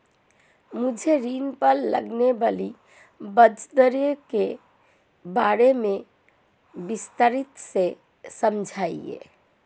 मुझे ऋण पर लगने वाली ब्याज दरों के बारे में विस्तार से समझाएं